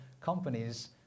companies